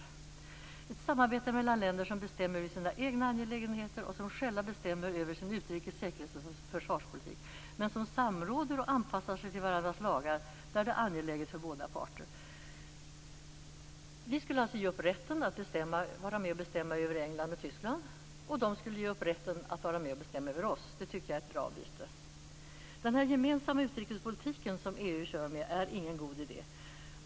Det handlar om ett samarbete mellan länder som bestämmer över sina egna angelägenheter och som själva bestämmer över sin utrikes-, säkerhets och försvarspolitik men som samråder och anpassar sig till varandras lagar när det är angeläget för båda parter. Vi skulle alltså ge upp rätten att vara med och bestämma över England och Tyskland, och de skulle ge upp rätten att vara med och bestämma över oss. Det tycker jag är ett bra byte. Den gemensamma utrikespolitik som EU kör med är ingen god idé.